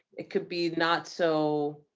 it could be not so.